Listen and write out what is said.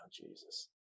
Jesus